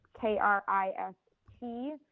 K-R-I-S-T